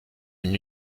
une